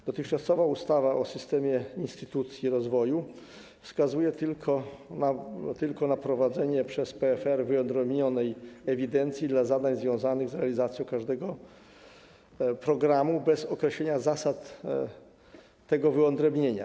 W dotychczasowej ustawie o systemie instytucji rozwoju wskazano tylko na prowadzenie przez PFR wyodrębnionej ewidencji dla zadań związanych z realizacją każdego programu bez określenia zasad tego wyodrębnienia.